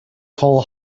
coal